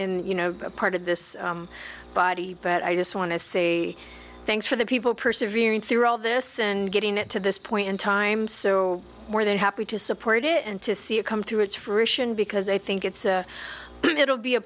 in you know part of this body but i just want to say thanks for the people persevering through all this and getting it to this point in time so more than happy to support it and to see it come through its fruition because i think it's a little be a